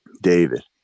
David